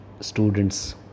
students